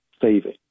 saving